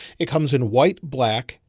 it comes in white, black,